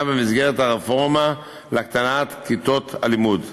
במסגרת הרפורמה להקטנת כיתות הלימוד.